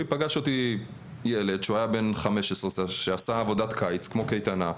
פגש אותי ילד שהיה בן 15 שעשה עבודת קיץ כמו קייטנה,